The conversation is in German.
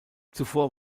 zuvor